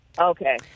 Okay